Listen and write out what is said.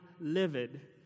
livid